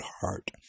heart